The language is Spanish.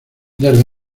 desde